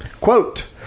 Quote